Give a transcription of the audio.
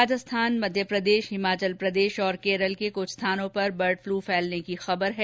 राजस्थान मध्यप्रदेश हिमाचल प्रदेश और केरल के कुछ स्थानों पर बर्ड फ्लू के फैलने की खबर है